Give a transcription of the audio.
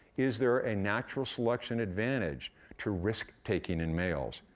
is there a natural selection advantage to risk-taking in males?